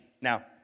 Now